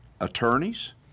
attorneys